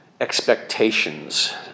expectations